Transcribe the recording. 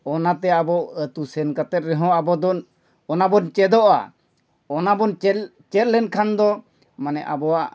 ᱚᱱᱟᱛᱮ ᱟᱵᱚ ᱟᱛᱳ ᱥᱮᱱ ᱠᱟᱛᱮ ᱨᱮᱦᱚᱸ ᱟᱵᱚ ᱫᱚ ᱚᱱᱟ ᱵᱚᱱ ᱪᱮᱫᱚᱜᱼᱟ ᱚᱱᱟ ᱵᱚᱱ ᱪᱮᱫ ᱪᱮᱫ ᱞᱮᱱᱠᱷᱟᱱ ᱫᱚ ᱢᱟᱱᱮ ᱟᱵᱚᱣᱟᱜ